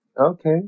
okay